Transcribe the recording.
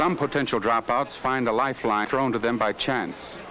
some potential dropouts find a lifeline thrown to them by chance